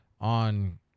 on